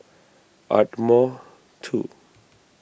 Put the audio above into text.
Ardmore two